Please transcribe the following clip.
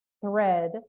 thread